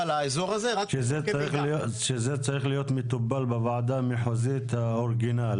רק שזה צריך להיות מטופל בוועדה המחוזית האורגינלית,